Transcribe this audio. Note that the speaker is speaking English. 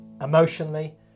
emotionally